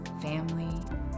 family